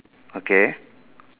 okay